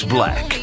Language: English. Black